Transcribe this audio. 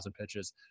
Pitches